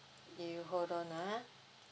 you hold on ah